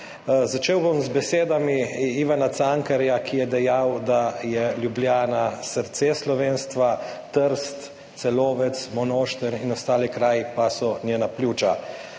Začel bom z besedami Ivana Cankarja, ki je dejal, da je Ljubljana srce slovenstva, Trst, Celovec, Monošter in ostali kraji pa so njena pljuča.